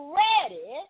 ready